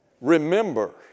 Remember